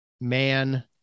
man